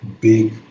big